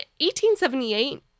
1878